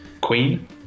Queen